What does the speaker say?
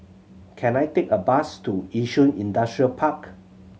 can I take a bus to Yishun Industrial Park